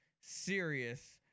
serious